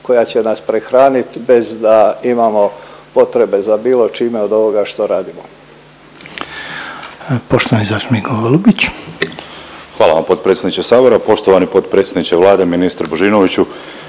koja će nas prehranit bez da imamo potrebe za bilo čime od ovoga što radimo.